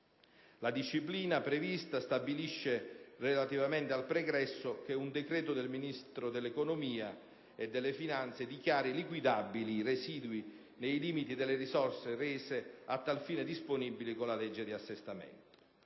La disciplina prevista stabilisce, relativamente al pregresso, che un decreto del Ministro dell'economia e delle finanze dichiari liquidabili i residui nei limiti delle risorse rese a tal fine disponibili con la legge di assestamento.